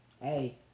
Hey